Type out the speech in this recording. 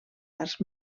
arts